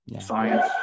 science